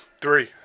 Three